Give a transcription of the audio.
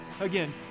Again